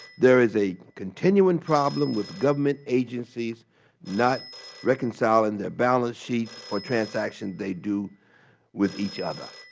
there is a continuing problem with government agencies not reconciling their balance sheets for transactions they do with each other.